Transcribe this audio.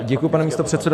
Děkuji, pane místopředsedo.